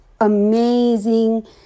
amazing